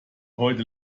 heute